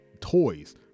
toys